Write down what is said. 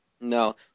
No